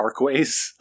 parkways